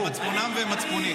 מצפונם ומצפוני.